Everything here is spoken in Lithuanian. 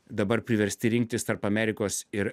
dabar priversti rinktis tarp amerikos ir